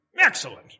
Excellent